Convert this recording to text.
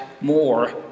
more